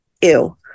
ew